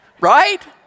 right